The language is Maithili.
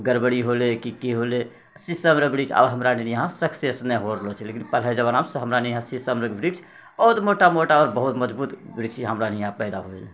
गड़बड़ी होले कि की होले सीसम रऽ बृक्ष आब हमरा अर इहाँ सक्सेस न हो रहलो छै लेकिन पहिले जमाना मे हमरा इहाँ न सीसम रऽ बृक्ष बहुत बहुत मोटा मोटा आओर मजबूत बृक्ष हमरा इहाँ न पैदा होइले